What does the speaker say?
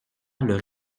leur